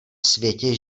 světě